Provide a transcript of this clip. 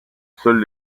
seuls